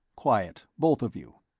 quiet, both of you.